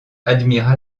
admira